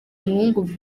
umuhungu